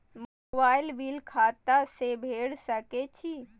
Mobile bill खाता से भेड़ सके छि?